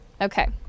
Okay